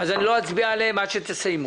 לא אצביע עליהן עד שתסיימו.